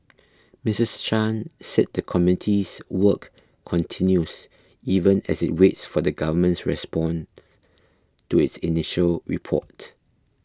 Missus Chan said the committee's work continues even as it waits for the Government's respond to its initial report